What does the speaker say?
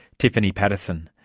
tiffany paterson.